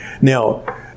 Now